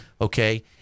Okay